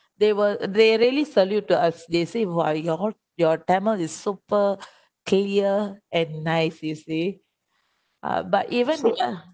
they were they really salute to us they say !wah! you all your tamil is super clear and nice you see ah but even yeah